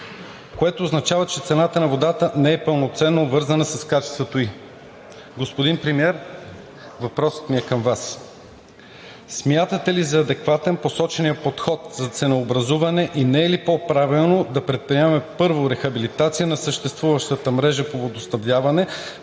…което означава, че цената на водата не е пълноценно обвързана с качеството ѝ. Господин Премиер, въпросът ми е към Вас. Смятате ли за адекватен посочения подход за ценообразуване и не е ли по правилно да предприемем, първо, рехабилитация на съществуващата мрежа по водоснабдяване